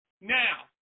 Now